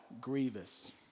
grievous